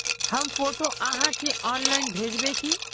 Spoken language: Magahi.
हम फोटो आहाँ के ऑनलाइन भेजबे की?